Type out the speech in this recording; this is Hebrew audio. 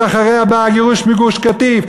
שאחריה בא הגירוש מגוש-קטיף,